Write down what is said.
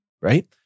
right